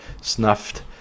snuffed